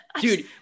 Dude